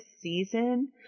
season